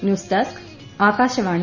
news desk Akashvani